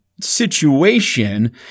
situation